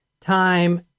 time